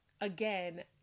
again